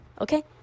okay